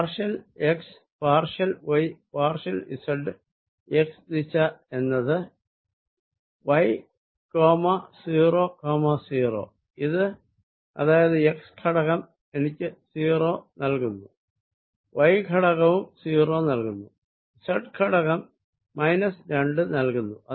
partial x partial y partial z x ദിശ എന്നത് y 0 0 ഇത് അതായത് x ഘടകം എനിക്ക് 0 നൽകുന്നു y ഘടകവും 0 നൽകുന്നു z ഘടകം മൈനസ് 2 നൽകുന്നു